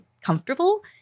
comfortable